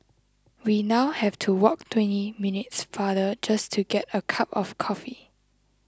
we now have to walk twenty minutes farther just to get a cup of coffee